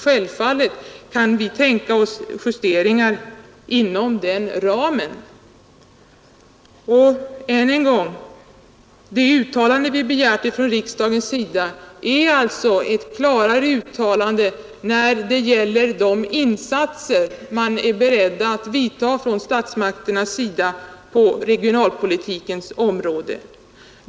Siälvfallet kan vi tänka oss justeringar inom den ramen. Det uttalande vi har begärt från riksdagen avser vi skall klarlägga de insatser statsmakterna är beredda att göra på regionalpolitikens område.